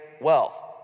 wealth